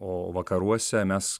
o vakaruose mes